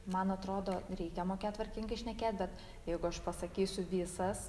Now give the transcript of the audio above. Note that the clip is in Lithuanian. man atrodo reikia mokėt tvarkingai šnekėt bet jeigu aš pasakysiu visas